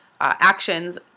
actions